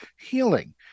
healing